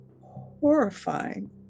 horrifying